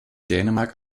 dänemark